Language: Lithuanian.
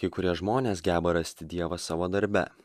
kai kurie žmonės geba rasti dievą savo darbe